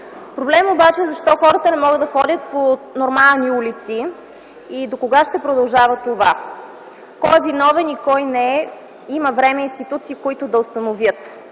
Проблемът е обаче защо хората не могат да ходят по нормални улици и докога ще продължава това? Кой е виновен и кой не е има време и институции, които да установят.